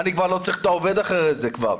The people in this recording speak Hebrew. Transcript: אני כבר לא צריך את העובד אחרי זה כבר.